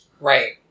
right